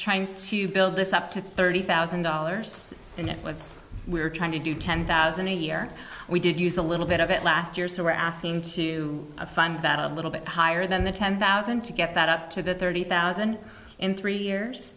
trying to build this up to thirty thousand dollars and that was we're trying to do ten thousand a year we did use a little bit of it last year so we're asking to find that a little bit higher than the ten thousand to get that up to the thirty thousand in three years